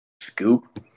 Scoop